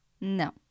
no